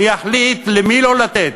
אני אחליט למי לא לתת.